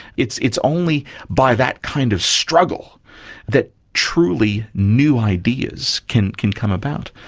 it's it's only by that kind of struggle that truly new ideas can can come about.